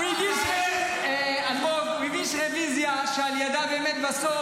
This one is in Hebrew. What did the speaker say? הוא הגיש רביזיה שעל ידיה באמת בסוף